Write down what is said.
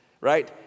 right